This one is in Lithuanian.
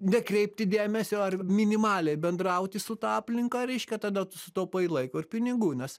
nekreipti dėmesio ar minimaliai bendrauti su ta aplinka reiškia tada tu sutaupai laiko ir pinigų nes